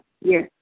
Yes